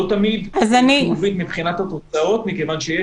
לא תמיד --- מבחינת התוצאות כי יש